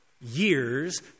years